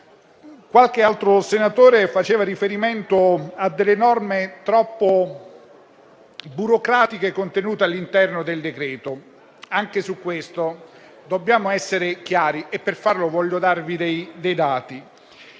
Qualche altro senatore faceva riferimento a norme troppo burocratiche contenute all'interno del decreto. Anche su questo dobbiamo essere chiari e per farlo voglio darvi dei dati.